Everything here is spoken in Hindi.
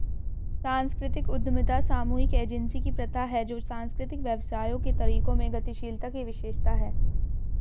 सांस्कृतिक उद्यमिता सामूहिक एजेंसी की प्रथा है जो सांस्कृतिक व्यवसायों के तरीकों में गतिशीलता की विशेषता है